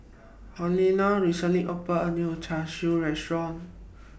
Helena recently opened A New Char Siu Restaurant